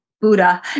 Buddha